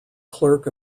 clerk